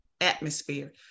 atmosphere